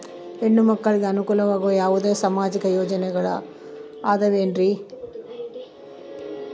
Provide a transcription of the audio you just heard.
ಹೆಣ್ಣು ಮಕ್ಕಳಿಗೆ ಅನುಕೂಲವಾಗುವ ಯಾವುದೇ ಸಾಮಾಜಿಕ ಯೋಜನೆಗಳು ಅದವೇನ್ರಿ?